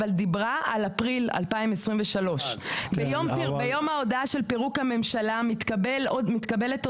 אבל דיברה על אפריל 2023. ביום ההודעה על פירוק הממשלה מתקבלת הודעה,